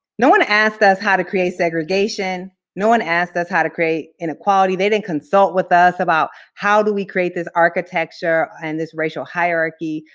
no one asked us how to create segregation. no one asked us how to create inequality. they didn't consult with us about, how do we create this architecture and this racial hierarchy?